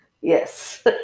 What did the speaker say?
Yes